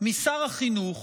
פירוט משר החינוך